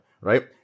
right